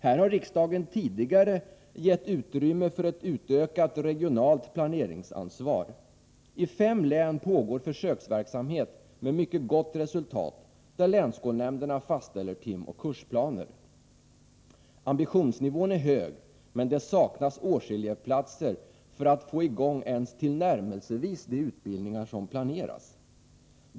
Här har riksdagen tidigare gett utrymme för ett utökat regionalt planeringsansvar. I fem län pågår försöksverksamhet med mycket gott resultat, där länsskolnämnderna fastställer timoch kursplaner. Ambitionsnivån är hög, men det saknas årselevplatser för att få i gång ens tillnärmelsevis de utbildningar som planeras.